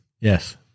Yes